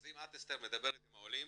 אז אם את מדברת עם העולים,